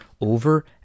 Over